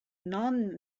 non